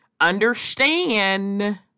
Understand